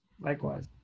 likewise